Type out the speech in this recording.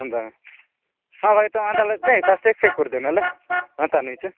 ଏନ୍ତା ହଁ ଭାଇ ତମେ ତାହାଲେ ଫାଷ୍ଟଟ୍ୟାଗ୍ ଚେକ୍ କରିଦିଅ ନହେଲେ ହେନ୍ତା ନେଇଛୁଁ